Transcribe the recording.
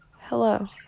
hello